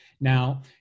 Now